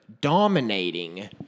dominating